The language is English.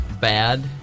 bad